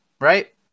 right